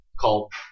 called